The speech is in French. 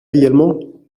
également